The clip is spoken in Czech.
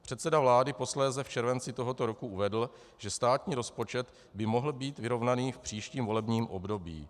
Předseda vlády posléze v červenci tohoto roku uvedl, že státní rozpočet by mohl být vyrovnaný v příštím volebním období.